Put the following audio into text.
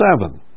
seven